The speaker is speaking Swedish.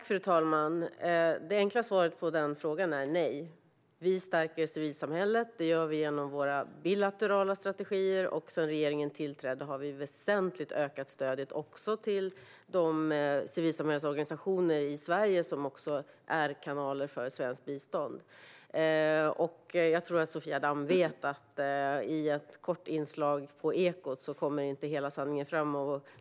Fru talman! Det enkla svaret på frågan är nej. Vi stärker civilsamhället genom våra bilaterala strategier, och sedan regeringen tillträdde har vi väsentligt ökat stödet också till de civilsamhällesorganisationer i Sverige som är kanaler för svenskt bistånd. Jag tror att Sofia Damm vet att inte hela sanningen kommer fram i ett kort inslag i Ekot .